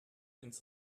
ins